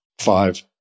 Five